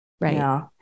Right